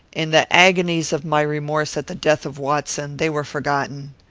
in the agonies of my remorse at the death of watson, they were forgotten.